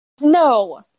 no